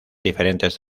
diferentes